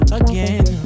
again